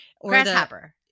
Grasshopper